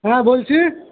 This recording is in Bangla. হ্যাঁ বলছি